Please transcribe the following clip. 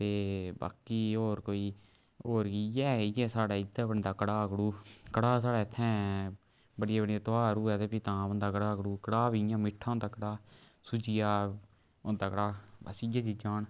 ते बाकी होर कोई होर इ'यै इ'यै साढ़ै इत्थै बनदा कड़ाह् कडु कड़ाह् साढ़ै इत्थैं बड्डे बड्डे त्योहर होऐ ते फ्ही तां बनदा कड़ाह् कडु कड़ाह् बी इ'यां मिट्ठा होंदा कड़ाह् सुज्जिया होंदा कड़ाह् बस इ'यै चीजां न